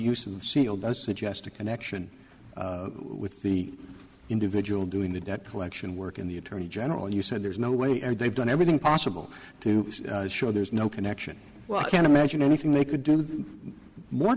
use of single dose not just a connection with the individual doing the debt collection work in the attorney general you said there's no way and they've done everything possible to show there's no connection well i can't imagine anything they could do more